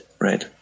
right